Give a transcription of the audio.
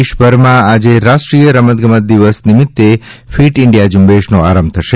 દેશભરમાં આજે રાષ્ટ્રીય રમત ગમત દિવસ નિમિત્તે ફીટ ઈન્ડિયા ઝુંબેશનો આરંભ થશે